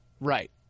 Right